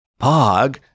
Pog